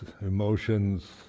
emotions